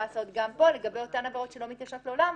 לעשות גם פה לגבי אותן עבירות שלא מתיישנות לעולם,